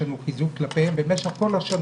יש לנו חיזוק כלפיהם במשך כל השנים.